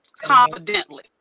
confidently